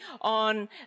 on